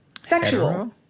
Sexual